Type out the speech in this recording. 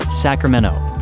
Sacramento